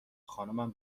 خانمم